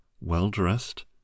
well-dressed